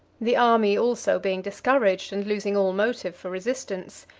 the army, also, being discouraged, and losing all motive for resistance,